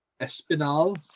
Espinal